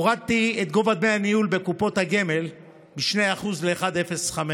הורדתי את גובה דמי הניהול בקופות הגמל מ-2% ל-1.05%